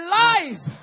life